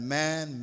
man